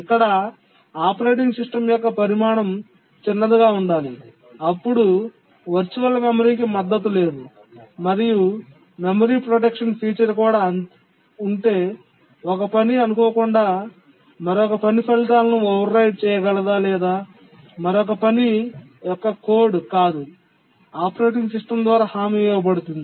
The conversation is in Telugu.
ఇక్కడ ఆపరేటింగ్ సిస్టమ్ యొక్క పరిమాణం చిన్నదిగా ఉండాలి అప్పుడు వర్చువల్ మెమరీకి మద్దతు లేదు మరియు మెమరీ ప్రొటెక్షన్ ఫీచర్ కూడా అంటే ఒక పని అనుకోకుండా మరొక పని ఫలితాలను ఓవర్రైట్ చేయగలదా లేదా మరొక పని యొక్క కోడ్ కాదు ఆపరేటింగ్ సిస్టమ్ ద్వారా హామీ ఇవ్వబడుతుంది